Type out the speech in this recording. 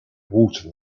water